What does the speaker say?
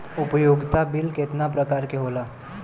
उपयोगिता बिल केतना प्रकार के होला?